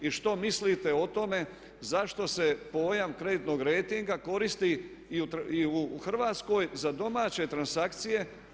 I što mislite o tome zašto se pojam kreditnog rejtinga koristi i u Hrvatskoj za domaće transakcije?